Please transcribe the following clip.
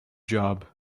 job